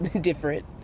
different